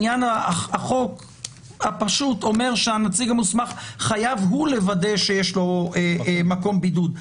החוק הפשוט אומר שהנציג המוסמך חייב הוא לוודא שיש לו מקום בידוד.